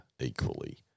equally